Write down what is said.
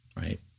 right